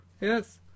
yes